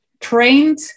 trained